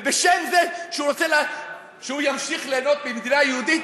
ובשם זה שהוא ימשיך ליהנות ממדינה יהודית,